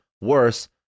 worse